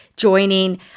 joining